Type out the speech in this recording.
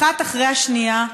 אחת אחרי השנייה,